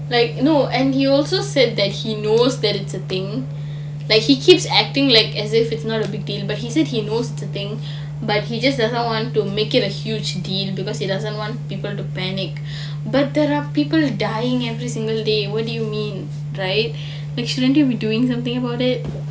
like no and he also said that he knows that it's a thing that he keeps acting like as if it's not a big deal but he said he knows it's a thing but he just doesn't want to make it a huge deal because he doesn't want people to panic but there are people dying every single day what do you mean right shouldn't you be doing something about it